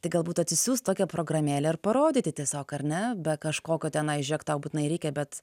tai galbūt atsisiųst tokią programėlę ir parodyti tiesiog ar ne be kažkokio tenai žėk tau būtinai reikia bet